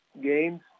games